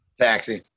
Taxi